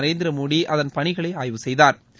நரேந்திரமோடி அதன் பணிகளை ஆய்வு செய்தாா்